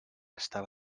estava